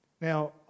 Now